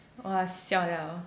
!wah! siao liao